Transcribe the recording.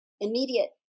immediate